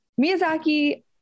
Miyazaki